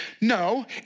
No